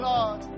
Lord